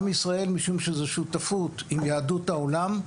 עם ישראל משום שזו שותפות עם יהדות העולם,